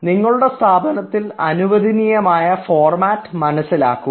നിങ്ങളുടെ സ്ഥാപനത്തിൽ അനുവദനീയമായ ഫോർമാറ്റ് മനസ്സിലാക്കുക